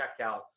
checkout